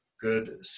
good